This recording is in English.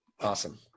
awesome